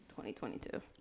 2022